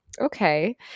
okay